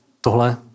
tohle